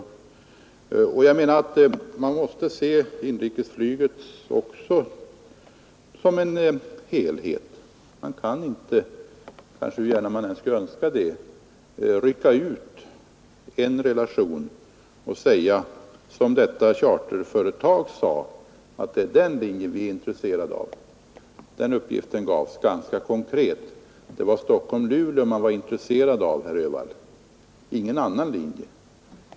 Man måste se inrikesflyget som en helhet. Man kan inte, hur gärna man än skulle önska det, rycka ut en relation och säga som detta charterflygbolag sade: Det är den linjen vi är intresserade av. Den uppgiften gavs ganska konkret. Det var sträckan Stockholm—Luleå som man var intresserad av, herr Öhvall, och ingen annan linje.